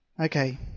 Okay